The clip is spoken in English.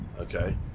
okay